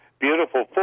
Beautiful